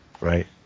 Right